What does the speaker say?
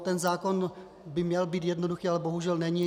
Ten zákon by měl být jednoduchý, ale bohužel není.